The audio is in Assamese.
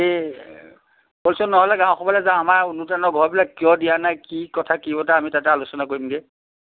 হেৰি ব'লচোন নহ'লে গাঁও সভালৈ যাওঁ আমাৰ অনুদানৰ ঘৰবিলাক কিয় দিয়া নাই কি কথা কি বতৰা আমি তাতে আলোচনা কৰিমগৈ